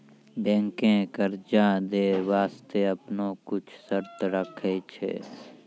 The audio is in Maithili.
बैंकें कर्जा दै बास्ते आपनो कुछ शर्त राखै छै